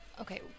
Okay